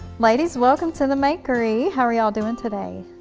ladies, welcome to the makery, how are y'all doing today?